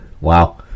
wow